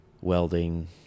welding